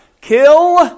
Kill